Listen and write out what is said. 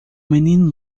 menino